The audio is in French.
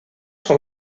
sur